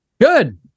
Good